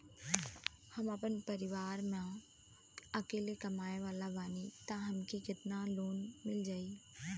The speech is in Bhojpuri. हम आपन परिवार म अकेले कमाए वाला बानीं त हमके केतना लोन मिल जाई?